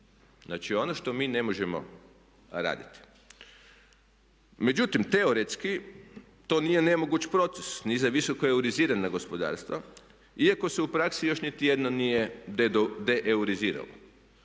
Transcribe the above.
Znači ono što mi ne možemo raditi. Međutim teoretski to nije nemoguć proces ni za visoko euroizirana gospodarstva iako se u praksi još niti jedno nije deeuroiziralo.